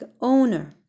owner